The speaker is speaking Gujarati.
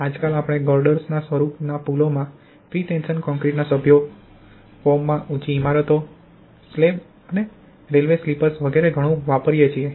આજકાલ આપણે ગરડર્સ ના સ્વરૂપમાં પુલોમાં પ્રીટેશન કોંક્રિટના સભ્યો ફોર્મમાં ઉંચી ઇમારતો સ્લેબ અને રેલ્વે સ્લીપર્સ વગેરે ઘણું વાપરીએ છીએ